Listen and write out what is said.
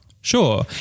Sure